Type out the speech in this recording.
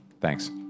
Thanks